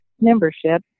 membership